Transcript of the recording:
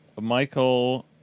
Michael